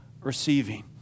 receiving